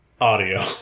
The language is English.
audio